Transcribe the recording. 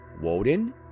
Woden